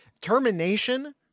Termination